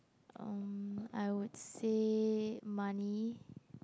erm I would say money